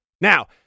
Now